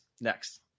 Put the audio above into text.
next